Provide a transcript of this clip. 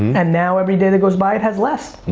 and now every day that goes by, it has less!